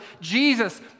Jesus